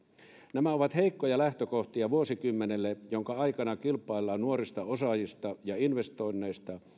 nämä ovat heikkoja lähtökohtia vuosikymmenelle jonka aikana kilpaillaan nuorista osaajista ja investoinneista